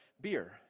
beer